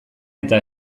eta